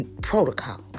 protocol